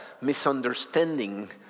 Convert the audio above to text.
misunderstanding